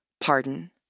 pardon